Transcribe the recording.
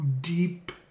deep